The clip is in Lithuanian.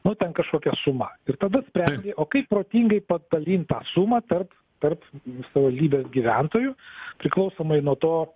nu ten kažkokia suma ir tada sprendi o kaip protingai padalint tą sumą tarp tarp savivaldybės gyventojų priklausomai nuo to